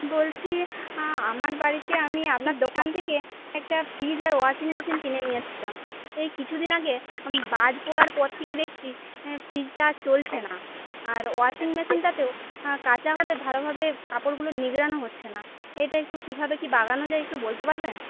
বলছি আমার বাড়িতে আমি আপনার দোকান থেকে একটা ফ্রিজ আর ওয়াশিং মেশিন কিনে নিয়ে এসছিলাম এই কিছুদিন আগে আমি বাজ পড়ার পর থেকে দেখছি ফ্রিজটা আর চলছে না আর ওয়াশিং মেশিনটাতেও কাচা হলে ভালোভাবে কাপড়গুলো নিংড়ানো হচ্ছে না এটা একটু কীভাবে কি বাগানো যায় একটু বলতে পারবেন